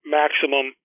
maximum